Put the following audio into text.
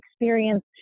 experience